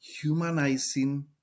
humanizing